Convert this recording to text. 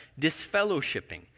disfellowshipping